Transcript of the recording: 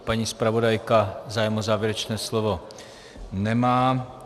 Paní zpravodajka zájem o závěrečné slovo nemá.